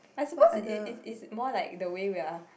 I suppose is is is more like the way we are